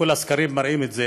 וכל הסקרים מראים את זה.